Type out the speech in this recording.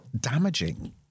damaging